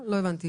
לא הבנתי.